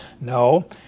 No